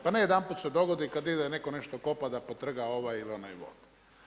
Pa ne jedanput se dogodi kad ide netko nešto kopati da potrga ovaj ili onaj vod.